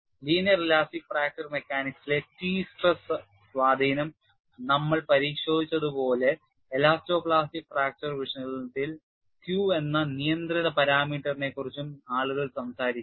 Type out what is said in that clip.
linear elastic fracture മെക്കാനിക്സിലെ T stress സ്വാധീനം നമ്മൾ പരിശോധിച്ചതുപോലെ എലാസ്റ്റോ പ്ലാസ്റ്റിക് ഫ്രാക്ചർ വിശകലനത്തിൽ Q എന്ന നിയന്ത്രിത പാരാമീറ്ററിനെക്കുറിച്ചും ആളുകൾ സംസാരിക്കുന്നു